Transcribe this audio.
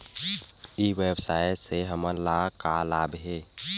ई व्यवसाय से हमन ला का लाभ हे?